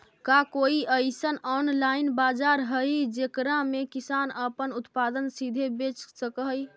का कोई अइसन ऑनलाइन बाजार हई जेकरा में किसान अपन उत्पादन सीधे बेच सक हई?